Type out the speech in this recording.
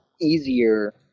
easier